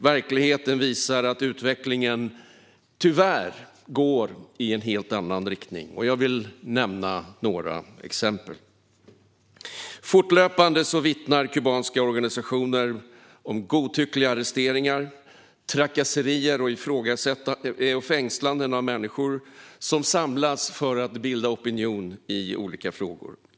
Verkligheten visar att utvecklingen tyvärr går i en helt annan riktning. Jag vill nämna några exempel. Fortlöpande vittnar kubanska organisationer om godtyckliga arresteringar, trakasserier och fängslanden av människor som samlas för att bilda opinion i olika frågor.